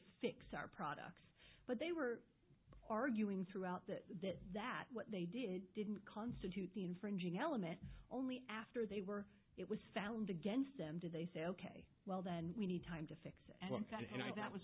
fix our products but they were arguing throughout the day that what they did didn't constitute the infringing element only after they were it was found against them did they say ok well then we need time to fix and